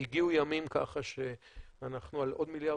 הגיעו ימים שאנחנו על עוד מיליארד,